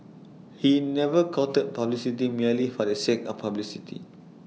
he never courted publicity merely for the sake of publicity